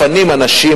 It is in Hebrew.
מפנים אנשים,